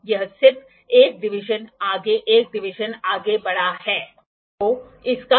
कोई इसे डिग्री या रेडियनस कह सकता है यह इकाइयाँ होंगी